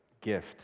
gift